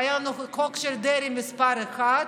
והיה לנו חוק של דרעי מס' 1,